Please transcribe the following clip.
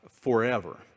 Forever